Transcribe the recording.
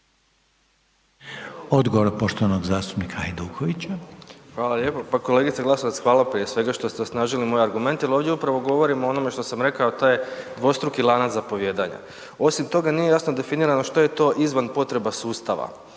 Odgovor poštovanog zastupnika Tuđmana.